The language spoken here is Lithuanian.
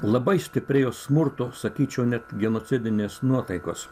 labai stiprėjo smurto sakyčiau net genocidinės nuotaikos